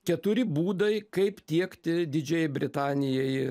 keturi būdai kaip tiekti didžiajai britanijai